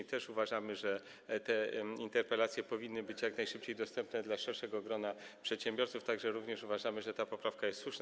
My też uważamy, że te interpretacje powinny być jak najszybciej dostępne dla szerszego grona przedsiębiorców, tak że również uważamy, że ta poprawka jest słuszna.